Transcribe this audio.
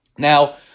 Now